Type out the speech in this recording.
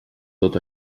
tot